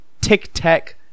tic-tac